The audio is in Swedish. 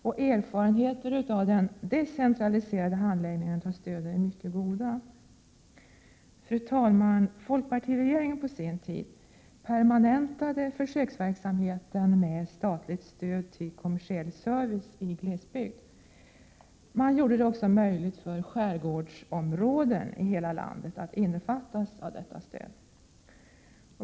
Och erfarenheterna av den decentraliserade handläggningen av stödet är mycket goda. Fru talman! Folkpartiregeringen, på sin tid, permanentade försöksverksamheten med statligt stöd till kommersiell service i glesbygd. Man gjorde det också möjligt för skärgårdsområden i hela landet att omfattas av detta stöd.